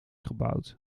gebouwd